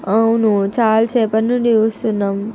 అవును చాలా సేపటి నుండి చూస్తున్నాం